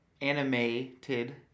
animated